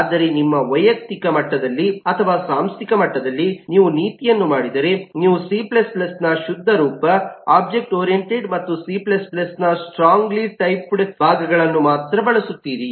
ಆದರೆ ನಿಮ್ಮ ವೈಯಕ್ತಿಕ ಮಟ್ಟದಲ್ಲಿ ಅಥವಾ ಸಾಂಸ್ಥಿಕ ಮಟ್ಟದಲ್ಲಿ ನೀವು ನೀತಿಯನ್ನು ಮಾಡಿದರೆ ನೀವು ಸಿ C ನ ಶುದ್ಧ ರೂಪ ಒಬ್ಜೆಕ್ಟ್ ಓರಿಯಂಟೆಡ್ ಮತ್ತು ಸಿ C ನ ಸ್ಟ್ರಾಂಗಲಿ ಟೈಪ್ಡ್ ಭಾಗಗಳನ್ನು ಮಾತ್ರ ಬಳಸುತ್ತೀರಿ